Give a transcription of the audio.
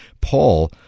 Paul